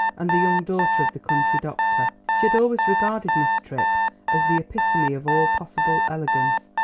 and the young daughter of the country doctor. she had always regarded miss tripp as the epitome of all possible elegance,